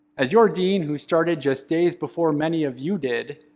as your dean who started just days before many of you did,